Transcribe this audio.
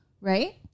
right